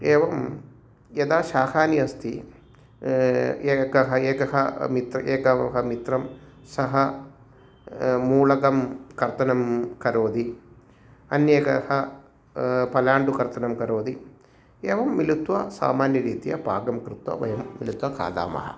एवं यदा शाखानि अस्ति एकः एकः मित्रः एकः मम मित्रः सः मूलकं कर्तनं करोति अन्यः एकः पलाण्डुकर्तनं करोति एवं मिलित्वा सामन्यरीत्या पाकं कृत्वा वयं मिलित्वा खादामः